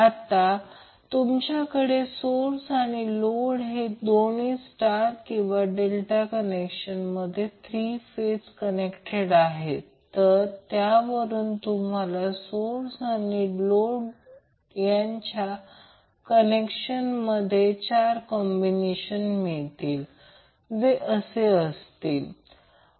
आता तुमच्याकडे सोर्स आणि लोड हे दोन्ही स्टार किंवा डेल्टा कनेक्शनमध्ये 3 फेज कनेक्टेड आहेत तर त्यावरून तुम्हाला सोर्स आणि लोड यांच्या कनेक्शन मध्ये चार कॉम्बिनेशन मिळतील जे असे असतील